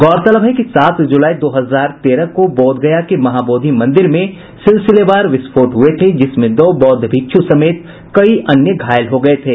गौरतलब है कि सात जुलाई दो हजार तेरह को बोधगया के महाबोधि मंदिर में सिलसिलेवार विस्फोट हुए थे जिसमें दो बौद्ध भिक्षु समेत कई अन्य घायल हो गए थे